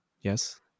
yes